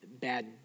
bad